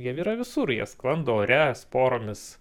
jie yra visur jie sklando ore sporomis